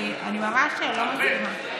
אני ממש לא מסכימה.